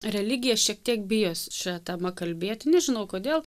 religija šiek tiek bijosi šia tema kalbėti nežinau kodėl